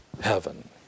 heaven